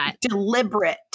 deliberate